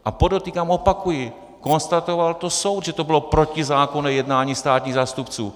A podotýkám, opakuji, konstatoval to soud, že to bylo protizákonné jednání státních zástupců.